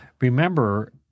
remember